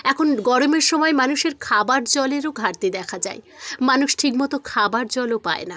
এখন গরমের সময় মানুষের খাবার জলেরও ঘাটতি দেখা যায় মানুষ ঠিকমতো খাবার জলও পায় না